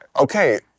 Okay